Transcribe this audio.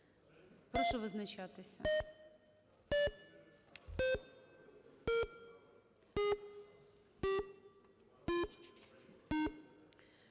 Прошу визначатися.